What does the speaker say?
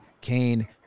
Kane